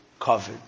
COVID